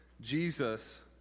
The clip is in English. Jesus